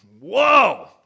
whoa